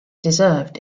deserved